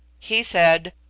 he said,